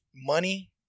money